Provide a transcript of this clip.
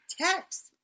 text